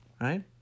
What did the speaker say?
right